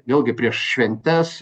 vėlgi prieš šventes